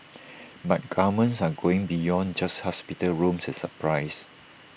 but governments are going beyond just hospital rooms and supplies